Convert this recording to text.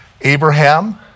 Abraham